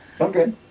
Okay